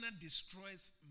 destroyeth